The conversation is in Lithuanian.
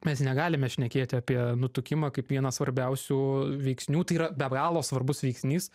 mes negalime šnekėti apie nutukimą kaip vieną svarbiausių veiksnių tai yra be galo svarbus veiksnys